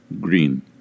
Green